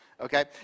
okay